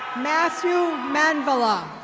matthew menvela.